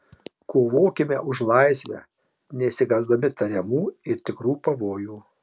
kovokime už laisvę neišsigąsdami tariamų ir tikrų pavojų